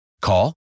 Call